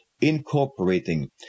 incorporating